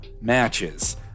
matches